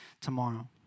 tomorrow